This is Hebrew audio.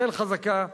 ישראל חזקה,